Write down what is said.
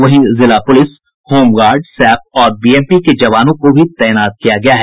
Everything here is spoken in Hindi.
वहीं जिला पुलिस होमगार्ड सैप और बीएमपी के जवानों को भी तैनात किया गया है